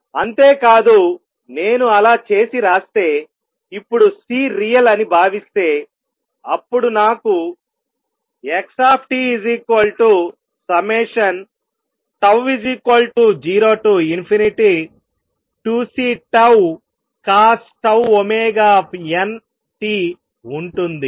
అంతే కాదు నేను అలా చేసి రాస్తే ఇప్పుడు C రియల్ అని భావిస్తే అప్పుడు నాకు xtτ02Ccosτωnt ఉంటుంది